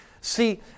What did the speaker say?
See